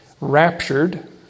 raptured